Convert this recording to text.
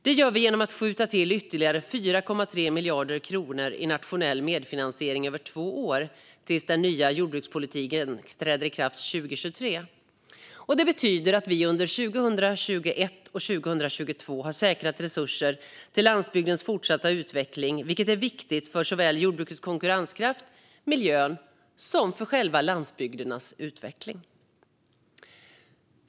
Det gör vi genom att skjuta till ytterligare 4,3 miljarder kronor i nationell medfinansiering över två år tills den nya jordbrukspolitiken träder i kraft 2023. Det betyder att vi för 2021 och 2022 har säkrat resurser till landsbygdens fortsatta utveckling, vilket är viktigt för såväl jordbrukets konkurrenskraft som miljön och själva landsbygdernas utveckling.